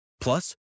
Plus